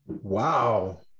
wow